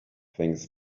things